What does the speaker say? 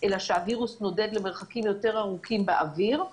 אלא שהווירוס נודד למרחקים יותר ארוכים באוויר.